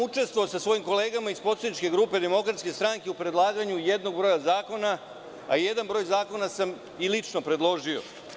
Učestvovao sam, sa svojim kolegama iz poslaničke grupe Demokratske stranke, u predlaganju jednog broja zakona, a jedan broj zakona sam i lično predložio.